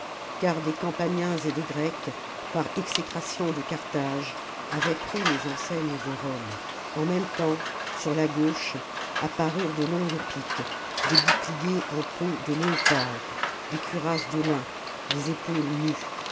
car des campaniens et des grecs par exécration de carthage avaient pris les enseignes de rome en même temps sur la gauche apparurent de longues piques des boucliers en peau de léopard des cuirasses de lin des épaules nues